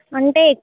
అంటే